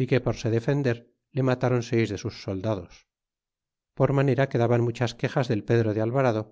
y que por se defender le matron seis de sus soldados por manera que daban muchas quejas del pedro de alvarado